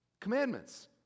commandments